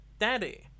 Daddy